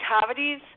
cavities –